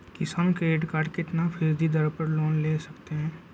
किसान credit card कितना फीसदी दर पर लोन ले सकते हैं?